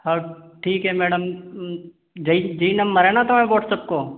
हाँ ठीक है मैडम यही यही नंबर है ना तुम्हारा व्हाट्सएप को